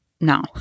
now